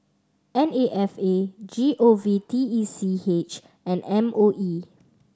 N A F A G O V T E C H and M O E